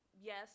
yes